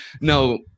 no